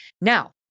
Now